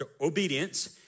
obedience